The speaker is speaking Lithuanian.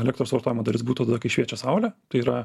elektros suvartojimo dalis būtų tada kai šviečia saulė tai yra